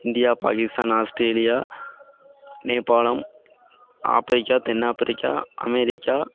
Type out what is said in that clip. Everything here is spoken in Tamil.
இந்தியா பாகிஸ்தான் ஆஸ்ட்ரேலியா நேபாளம் ஆப்ரிக்கா தென் ஆப்ரிக்கா அமெரிக்கா